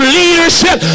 leadership